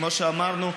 כמו שאמרנו,